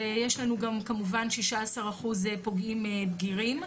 ויש לנו גם כמובן 16% פוגעים בגירים,